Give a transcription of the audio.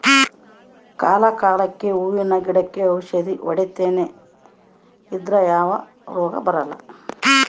ಕಾಲ ಕಾಲಕ್ಕೆಹೂವಿನ ಗಿಡಕ್ಕೆ ಔಷಧಿ ಹೊಡಿತನೆ ಇದ್ರೆ ಯಾವ ರೋಗ ಬರಲ್ಲ